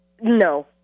No